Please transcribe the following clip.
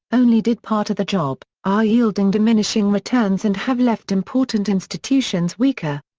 only did part of the job, are yielding diminishing returns and have left important institutions weaker.